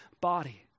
body